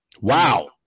Wow